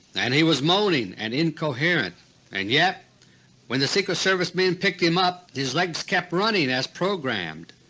and he was moaning and incoherent and yet when the secret service men picked him up, his legs kept running as programmed.